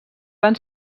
van